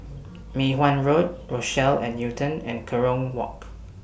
Mei Hwan Road Rochelle At Newton and Kerong Walk